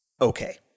okay